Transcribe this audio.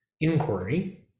inquiry